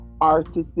artists